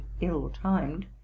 ill-timed